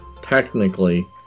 technically